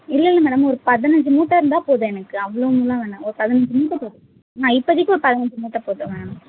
இல்லல்லை மேடம் ஒரு பதினஞ்சு மூட்டை இருந்தால் போதும் எனக்கு அவ்வளோவுக்குலாம் வேணாம் ஒரு பதினஞ்சு மூட்டை போதும் ஆ இப்போதிக்கி ஒரு பதினஞ்சு மூட்டை போதும் மேம்